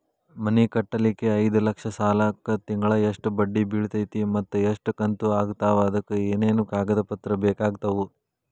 ಮನಿ ಕಟ್ಟಲಿಕ್ಕೆ ಐದ ಲಕ್ಷ ಸಾಲಕ್ಕ ತಿಂಗಳಾ ಎಷ್ಟ ಬಡ್ಡಿ ಬಿಳ್ತೈತಿ ಮತ್ತ ಎಷ್ಟ ಕಂತು ಆಗ್ತಾವ್ ಅದಕ ಏನೇನು ಕಾಗದ ಪತ್ರ ಬೇಕಾಗ್ತವು?